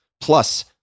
Plus